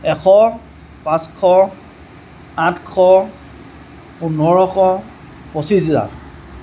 এশ পাঁচশ আঠশ পোন্ধৰশ পঁচিছ হাজাৰ